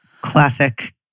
classic